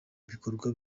ibikorwa